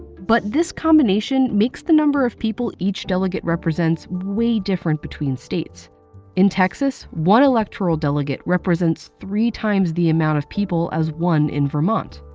but this combination makes the number of people each delegate represents way different between states in texas, one electoral delegate represents three times the amount of people as one in vermont.